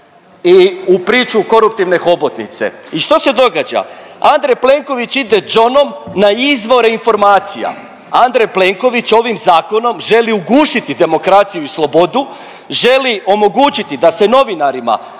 i u priču koruptivne hobotnice. I što se događa? Andrej Plenković ide đonom na izvore informacija. Andrej Plenković ovim zakonom želi ugušiti demokraciju i slobodu, želi omogućiti da se novinarima otimaju